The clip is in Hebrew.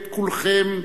קחו את כולכם,